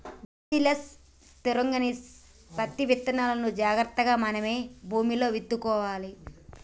bacillus thuringiensis పత్తి విత్తనాలును జాగ్రత్తగా మనమే భూమిలో విత్తుకోవాలి